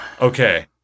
Okay